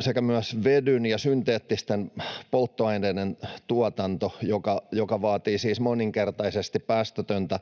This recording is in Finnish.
sekä myös vedyn ja synteettisten polttoaineiden tuotanto, joka vaatii siis moninkertaisesti päästötöntä